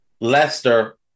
Leicester